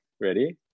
ready